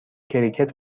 کریکت